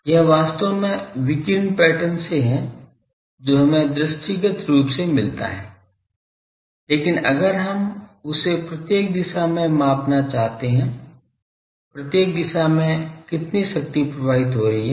यह वास्तव में विकिरण पैटर्न से है जो हमें दृष्टिगत रूप से मिलता है लेकिन अगर हम उसे प्रत्येक दिशा में मापना चाहते हैं प्रत्येक दिशा में कितनी शक्ति प्रवाहित हो रही है